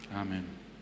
Amen